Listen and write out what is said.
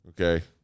Okay